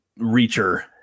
Reacher